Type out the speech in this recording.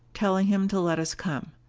telling him to let us come.